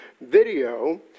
video